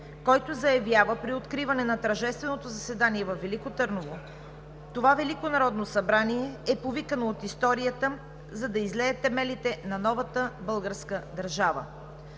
който заявява при откриване на тържественото заседание във Велико Търново: „Това Велико народно събрание е повикано от историята, за да излее темелите на новата българска държава.